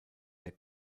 der